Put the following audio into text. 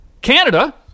Canada